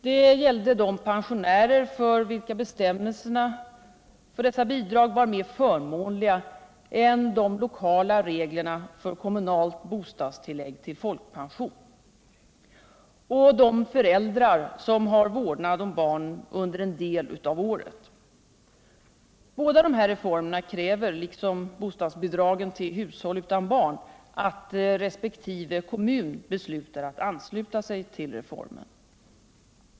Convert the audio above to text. Det gällde de pensionärer för vilka bestäm Båda de här reformerna kräver, liksom bostadsbidragen till hushåll utan barn, att resp. kommun beslutar att ansluta sig till reformen.